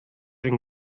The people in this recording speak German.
denn